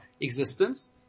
existence